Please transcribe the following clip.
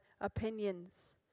opinions